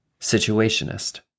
situationist